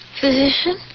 Physician